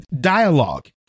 dialogue